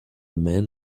men